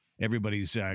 Everybody's